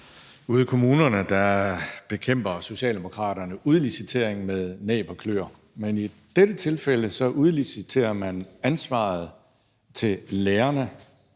Ude i kommunerne bekæmper Socialdemokraterne udlicitering med næb og kløer, men i dette tilfælde udliciterer man ansvaret til lærerne,